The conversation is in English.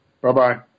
Bye-bye